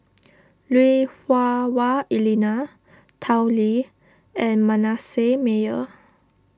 Lui Hah Wah Elena Tao Li and Manasseh Meyer